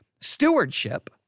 stewardship